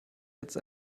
jetzt